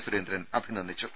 സുരേന്ദ്രൻ അഭിനന്ദിച്ചു